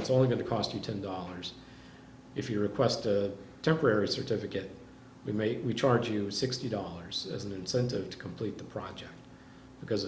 it's only going to cost you ten dollars if you request a temporary certificate we make we charge you sixty dollars as an incentive to complete the project because